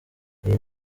iyi